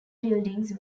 buildings